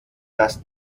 dass